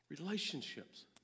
relationships